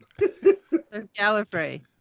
Gallifrey